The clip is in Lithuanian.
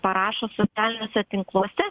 parašo socialiniuose tinkluose